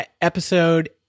episode